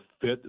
fit